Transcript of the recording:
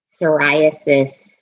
psoriasis